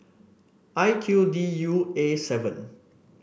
I Q D U A seven